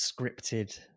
scripted